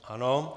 Ano.